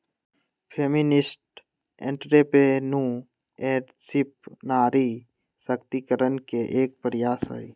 feminist entrepreneurship नारी सशक्तिकरण के एक प्रयास हई